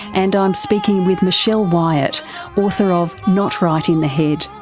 and i'm speaking with michelle wyatt author of not right in the head.